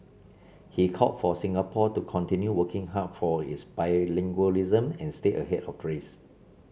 he called for Singapore to continue working hard for its bilingualism and stay ahead of race